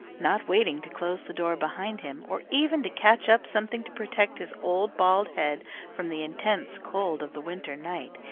not waiting to close the door behind him, or even to catch up something to protect his old bald head from the intense cold of the winter night,